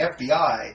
FBI